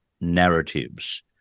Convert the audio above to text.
narratives